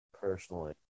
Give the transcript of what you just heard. personally